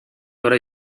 avrai